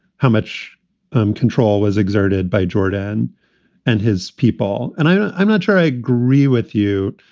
how much control was exerted by jordan and his people. and i'm i'm not sure i agree with you,